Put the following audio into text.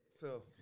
Phil